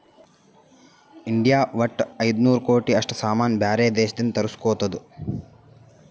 India ವಟ್ಟ ಐಯ್ದ ನೂರ್ ಕೋಟಿ ಅಷ್ಟ ಸಾಮಾನ್ ಬ್ಯಾರೆ ದೇಶದಿಂದ್ ತರುಸ್ಗೊತ್ತುದ್